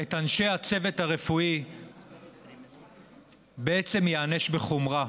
את אנשי הצוות הרפואי בעצם ייענש בחומרה,